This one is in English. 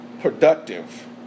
productive